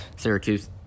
Syracuse